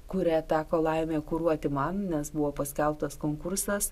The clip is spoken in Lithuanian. kurią teko laimė kuruoti man nes buvo paskelbtas konkursas